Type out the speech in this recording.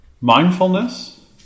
mindfulness